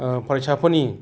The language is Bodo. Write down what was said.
फरायसाफोरनि